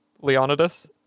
Leonidas